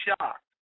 shocked